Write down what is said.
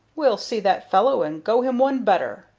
we'll see that fellow and go him one better.